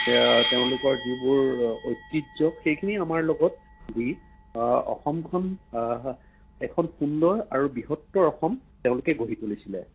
তেওঁলোকৰ যিবোৰ ঐতিহ্য সেইখিনি আমাৰ লগত মিলি অসমখন এখন সুন্দৰ আৰু বৃহত্তৰ অসম তেওঁলোকে গঢ়ি তুলিছিলে